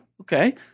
Okay